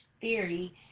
theory